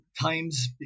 times